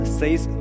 says